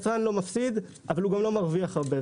היצרן לא מפסיד אבל הוא גם לא מרוויח הרבה,